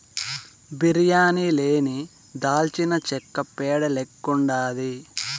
బిర్యానీ లేని దాల్చినచెక్క పేడ లెక్కుండాది